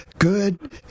good